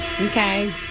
Okay